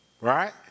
right